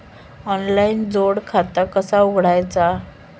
Online जोड खाता कसा उघडायचा?